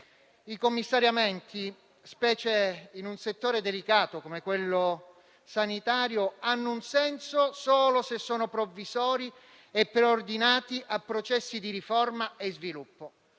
I commissariamenti, specialmente in un settore delicato come quello sanitario, hanno un senso solo se sono provvisori e preordinati a processi di riforma e sviluppo